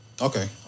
Okay